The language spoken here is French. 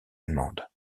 allemande